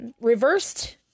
reversed